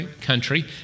country